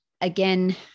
Again